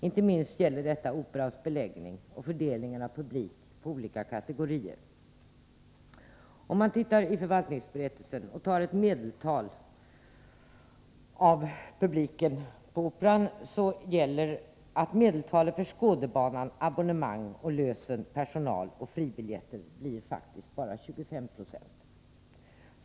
Inte minst gäller detta Operans beläggning och fördelningen av publik på olika kategorier. Ser man på medeltalet när det gäller Operapubliken, finner man att medeltalet beträffande Skådebanan — abonnemang, lösen, personal och fribiljetter — faktiskt blir bara 25 96.